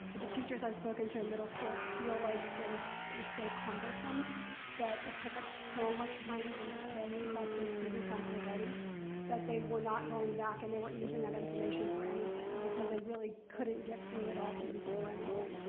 but the teachers i've spoken to in middle school feel like so it was so cumbersome that it took up so much time for them to test to test those students on i-ready that they were not going back, and they weren't using that information for anything because they really couldn't get through it all to use it for anything.